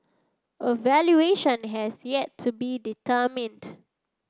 a valuation has yet to be determined